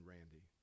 Randy